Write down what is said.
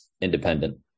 independent